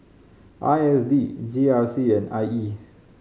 I S D G R C and I E